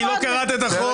כי לא קראת את החוק.